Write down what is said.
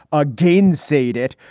again, saved it.